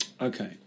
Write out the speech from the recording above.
Okay